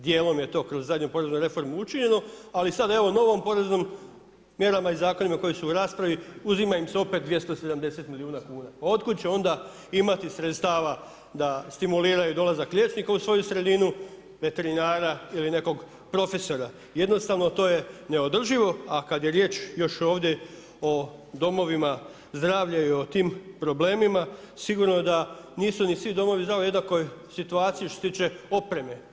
Dijelom je to kroz zadnju poreznu reformu učinjeno, ali sad evo novom poreznom mjerama i zakonima koji su u raspravi uzima im se opet 270 miliona kuna, od kuda će onda imati sredstava da stimuliraju dolazak liječnika u svoju sredinu, veterinara ili nekog profesora, jednostavno to je neodrživo, a kad je riječ još ovdje o domovima zdravlja i o tim problemima sigurno da nisu ni svi domovi zdravlja u jednakoj situaciji što se tiče opreme.